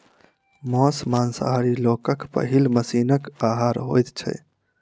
मौस मांसाहारी लोकक पहिल पसीनक आहार होइत छै